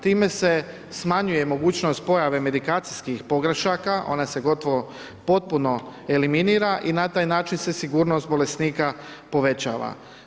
Time se smanjuje mogućnost pojave medikacijskih pogrešaka, ona se gotovo potpuno eliminira i na taj način se sigurnost bolesnika povećava.